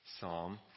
psalm